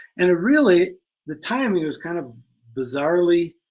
and it really the time he was kind of bizarrely